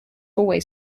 always